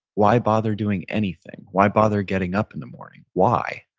why bother doing anything? why bother getting up in the morning? why?